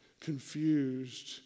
confused